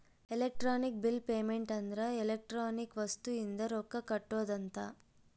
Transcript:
electronic bill payment ಅಂದ್ರ electronic ವಸ್ತು ಇಂದ ರೊಕ್ಕ ಕಟ್ಟೋದ ಅಂತ